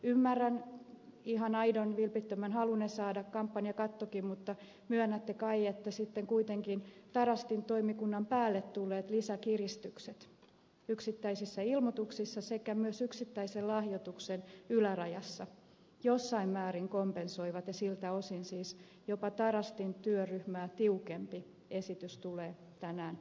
ymmärrän ihan aidon vilpittömän halunne saada kampanjakatonkin mutta myönnätte kai että sitten kuitenkin tarastin toimikunnan päälle tulleet lisäkiristykset yksittäisissä ilmoituksissa sekä myös yksittäisen lahjoituksen ylärajassa sitä jossain määrin kompensoivat ja siltä osin siis jopa tarastin työryhmää tiukempi esitys tulee tänään hyväksytyksi